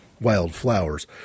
wildflowers